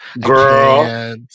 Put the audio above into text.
Girl